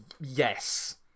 yes